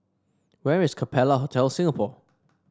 where is Capella Hotel Singapore